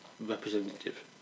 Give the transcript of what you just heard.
Representative